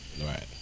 Right